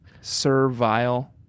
Servile